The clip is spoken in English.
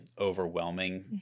overwhelming